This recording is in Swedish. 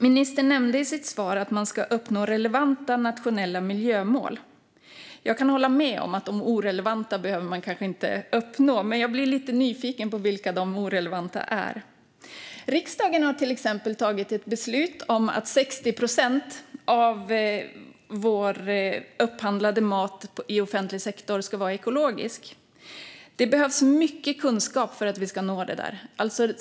Ministern nämnde i sitt svar att man ska uppnå relevanta nationella miljömål. Jag kan hålla med om att man kanske inte behöver uppnå de irrelevanta. Jag blir dock lite nyfiken på vilka de irrelevanta är. Riksdagen har till exempel fattat ett beslut om att 60 procent av Sveriges upphandlade mat i offentlig sektor ska vara ekologisk. Det behövs mycket kunskap för att vi ska nå det.